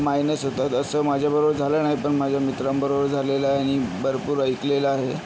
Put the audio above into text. minus होतात असं माझ्याबरोबर झालं नाही पण माझ्या मित्रांबरोबर झालेलं आहे आणि भरपूर ऐकलेलं आहे